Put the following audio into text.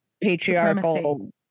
patriarchal